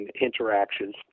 interactions